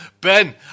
Ben